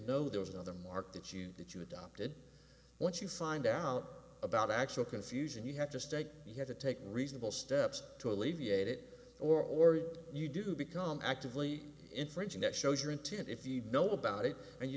know there was another mark that you that you adopted once you find out about actual confusion you have to stay here to take reasonable steps to alleviate it or you do become actively infringing that shows your intent if you know about it and you